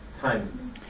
time